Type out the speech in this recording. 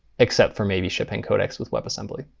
except for maybe shipping codecs with webassembly.